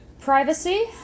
Privacy